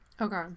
okay